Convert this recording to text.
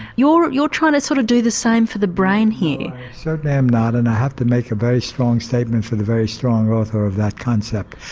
you're you're trying to sort of do the same for the brain here. i certainly am not and i have to make a very strong statement for the very strong author of that concept.